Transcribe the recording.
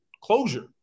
closure